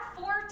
four